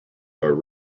are